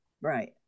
Right